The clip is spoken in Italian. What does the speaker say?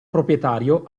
proprietario